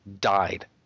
died